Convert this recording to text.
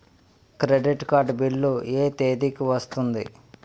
Credit card bill ఎ తేదీ కి వస్తుంది?